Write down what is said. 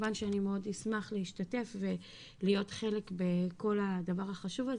כמובן שאני מאוד אשמח להשתתף ולהיות חלק בכל הדבר החשוב הזה.